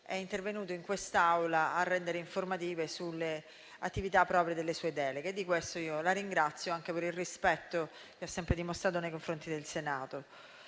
è intervenuto in quest'Aula a rendere informative sulle attività proprie delle sue deleghe. La ringrazio di questo, per il rispetto che ha sempre dimostrato nei confronti del Senato.